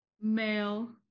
male